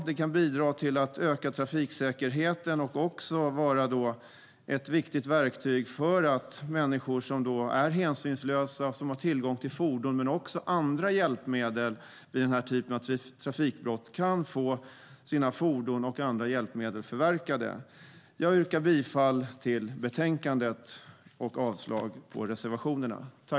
Det kan bidra till att öka trafiksäkerheten och även vara ett viktigt verktyg för att människor som är hänsynslösa och som har tillgång till fordon men också andra hjälpmedel vid den här typen av trafikbrott kan få sina fordon och andra hjälpmedel förverkade. Jag yrkar bifall till utskottets förslag i betänkandet och avslag på reservationerna.